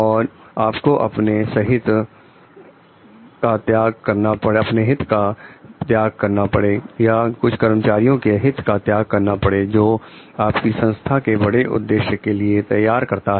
और आपको अपने सहित का त्याग करना पड़े या कुछ कर्मचारियों के हित का त्याग करना पड़े जो आपकी संस्था को बड़े उद्देश्यों के लिए तैयार करता है